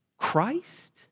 Christ